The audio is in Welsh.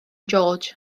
george